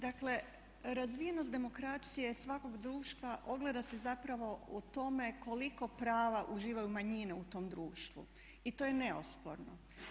Dakle, razvijenost demokracije svakog društva ogleda se zapravo u tome koliko prava uživaju manjine u tom društvu i to je neosporno.